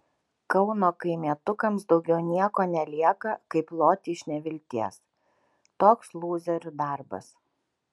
kauno kaimietukams daugiau nieko nelieka kaip loti iš nevilties toks lūzerių darbas